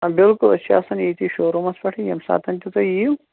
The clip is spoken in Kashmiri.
آ بِلکُل أسۍ چھِ آسان ییٚتی شُوروٗمَس پٮ۪ٹھٕے ییٚمہِ ساتَن تہِ تُہۍ یِیِو